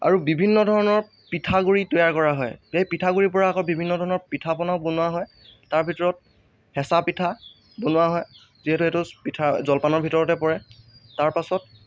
আৰু বিভিন্ন ধৰণৰ পিঠাগুৰি তৈয়াৰ কৰা হয় সেই পিঠাগুৰিৰ পৰা আকৌ বিভিন্ন ধৰণৰ পিঠাপনাও বনোৱা হয় তাৰ ভিতৰত হেঁচা পিঠা বনোৱা হয় যিহতু এইটো পিঠা জলপানৰ ভিতৰতে পৰে তাৰ পাছত